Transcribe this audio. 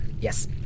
Yes